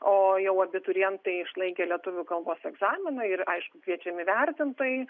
o jau abiturientai išlaikę lietuvių kalbos egzaminą ir aišku kviečiami vertintojai